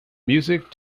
music